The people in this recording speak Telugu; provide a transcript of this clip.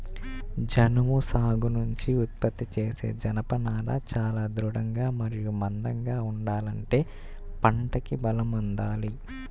జనుము సాగు నుంచి ఉత్పత్తి చేసే జనపనార చాలా దృఢంగా మరియు మందంగా ఉండాలంటే పంటకి బలం అందాలి